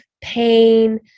pain